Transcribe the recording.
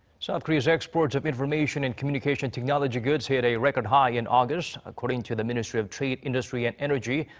south korea's exports of information and communication technology goods hit a record high in august. according to the ministry of trade, industry and energy.